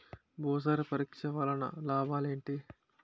భూసార పరీక్ష వలన లాభాలు ఏంటి?